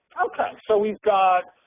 okay, so we've got